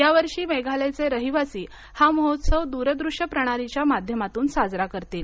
यावर्षी मेघालयचे रहिवासी हा महोत्सव दूरदृश्य प्राणलीच्या माध्यमातून साजरा करतील